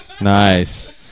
Nice